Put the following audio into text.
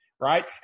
right